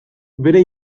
bere